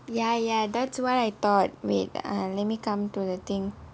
ya ya that's why I thought wait ah let me come to the thing